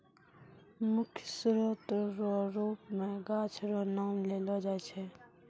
मुख्य स्रोत रो रुप मे गाछ रो नाम लेलो जाय छै